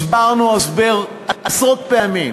הסברנו הסבר עשרות פעמים.